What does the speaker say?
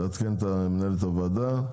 תעדכן את מנהלת הוועדה.